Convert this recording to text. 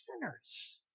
sinners